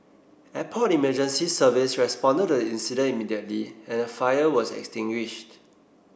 Airport Emergency Service responded to the incident immediately and the fire was extinguished